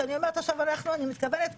אני שמחה שאתה אומר את זה.